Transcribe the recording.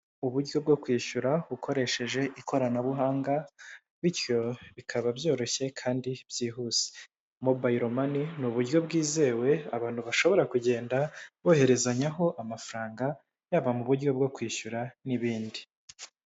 Uburyo bwo kwishyura ukoresheje ikoranabuhanga, bityo bikaba byoroshye kandi byihuse. Mobile Money ni uburyo bwizewe abantu bashobora kugenda boherezanyaho amafaranga yabo mu buryo bwo kwishyura n'ibindi.